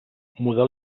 muda